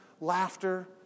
laughter